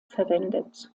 verwendet